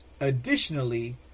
Additionally